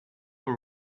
for